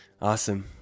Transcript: Awesome